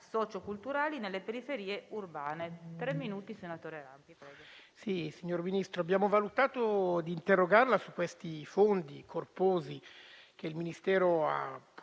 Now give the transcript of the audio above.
Signor Ministro, abbiamo valutato di interrogarla sui fondi corposi che il Ministero ha potuto